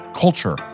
culture